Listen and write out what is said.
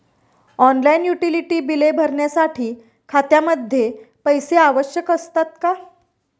Online utility बिले भरण्यासाठी खात्यामध्ये पैसे आवश्यक असतात का?